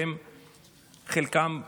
וחלקם,